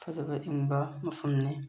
ꯐꯖꯕ ꯏꯪꯕ ꯃꯐꯝꯅꯤ